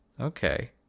Okay